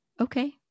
Okay